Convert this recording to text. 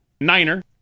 Niner